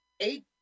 Eight